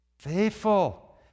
Faithful